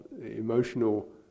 emotional